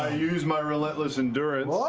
ah use my relentless endurance